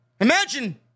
imagine